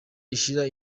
ishira